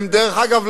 רק דבר אחד,